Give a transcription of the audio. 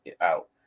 out